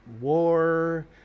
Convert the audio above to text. war